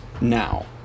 now